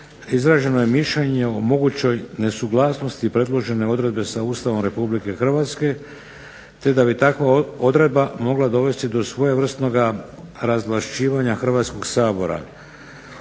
izraženo je mišljenje o mogućoj nesuglasnosti predložene odredbe sa Ustavom Republike Hrvatske, te da bi takva odredba mogla dovesti do svojevrsnoga razvlašćivanja Hrvatskog sabora.